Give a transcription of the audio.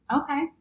Okay